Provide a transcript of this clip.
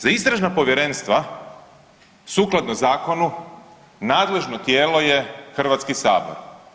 Za istražna povjerenstva sukladno Zakonu nadležno tijelo je Hrvatski sabor.